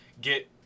get